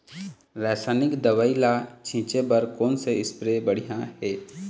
रासायनिक दवई ला छिचे बर कोन से स्प्रे बढ़िया हे?